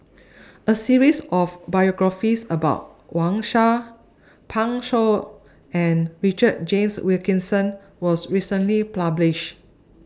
A series of biographies about Wang Sha Pan Shou and Richard James Wilkinson was recently published